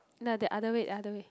no the other way the other way